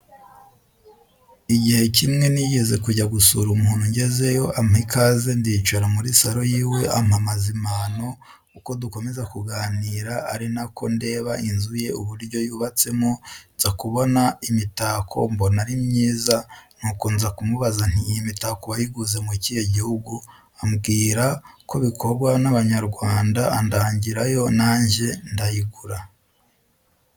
Igihe kimwe nigeze kujya gusura umuntu ngezeyo ampa ikaze ndicara muri saro yiwe ampa amazimano uko dukomeza kuganira arinako ndeba inzu ye uburyo yubatsemo nzakubona imitako mbona arimyiza. nuko nzakumubaza nti iyimitako wayiguze mukihe gihugu? ambwira kobikorwa nabanyarwanda andangirayo najye nadayigura.